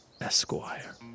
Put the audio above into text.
Esquire